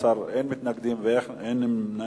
בעד 15, אין מתנגדים ואין נמנעים.